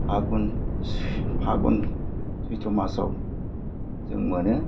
फागुन सैथ्र' मासाव जों मोनो